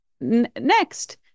next